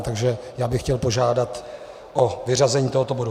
Takže bych chtěl požádat o vyřazení tohoto bodu 301.